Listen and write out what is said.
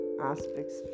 aspects